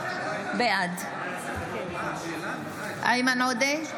בעד איימן עודה,